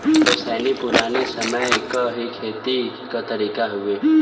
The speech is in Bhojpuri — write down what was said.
ओसैनी पुराने समय क ही खेती क तरीका हउवे